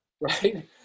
Right